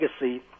legacy